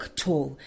tall